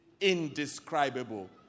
indescribable